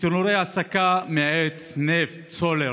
בתנורי הסקה בעץ, נפט, סולר.